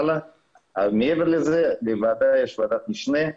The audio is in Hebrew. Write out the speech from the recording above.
מעבר לזה, בוועדה יש ועדת משנה,